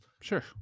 Sure